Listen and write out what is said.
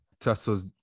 Tesla's